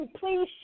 please